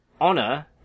Honor